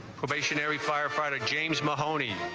probationary firefighter james mahoney